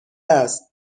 است